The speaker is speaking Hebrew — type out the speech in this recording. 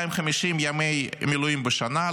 250 ימי מילואים בשנה,